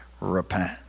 repent